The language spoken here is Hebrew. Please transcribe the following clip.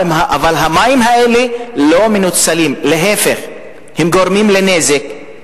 אבל המים האלה לא מנוצלים, להיפך, הם